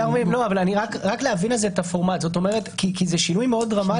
לא, רק להבין את הפורמט כי זה שינוי מאוד דרמטי.